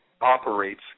operates